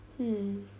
hmm